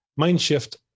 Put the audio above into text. Mindshift